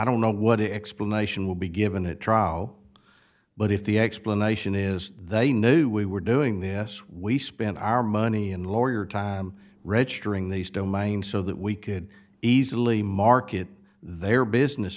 don't know what explanation will be given a trial but if the explanation is they knew we were doing this we spend our money and lawyer time registering these domains so that we could easily market their business